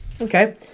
okay